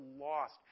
lost